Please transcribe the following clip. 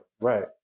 right